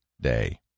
day